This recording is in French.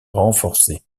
renforcés